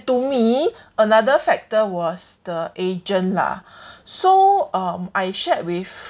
to me another factor was the agent lah so um I shared with